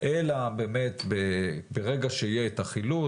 אלא באמת ברגע שיהיה את החילוט,